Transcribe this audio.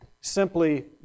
simply